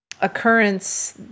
occurrence